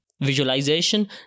Visualization